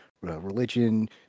religion